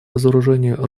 разоружению